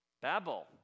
Babel